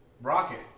Rocket